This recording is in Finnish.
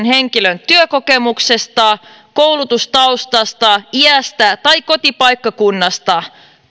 henkilön työkokemuksesta koulutustaustasta iästä tai kotipaikkakunnasta